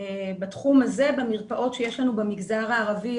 בתחום הזה במרפאות שיש לנו במגזר הערבי,